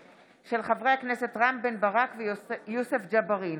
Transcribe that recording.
חברי הכנסת רם בן ברק ויוסף ג'בארין